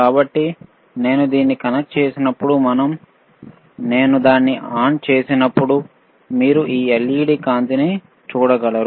కాబట్టి నేను దాన్ని కనెక్ట్ చేసినప్పుడు మరియు నేను దాన్ని ఆన్ చేసినప్పుడు మీరు ఈ LED కాంతిని చూడగలరు